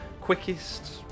quickest